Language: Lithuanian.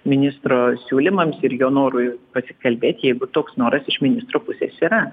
ministro siūlymams ir jo norui pasikalbėt jeigu toks noras iš ministro pusės yra